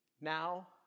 now